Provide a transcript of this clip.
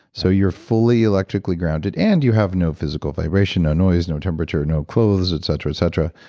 so you're fully electrically grounded, and you have no physical vibration, no noise, no temperature, no clothes, et cetera, et cetera,